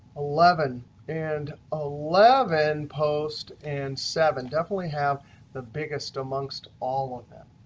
eleven and ah eleven post and seven definitely have the biggest amongst all of them.